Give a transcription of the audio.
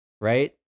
right